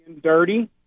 Dirty